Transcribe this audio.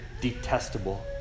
detestable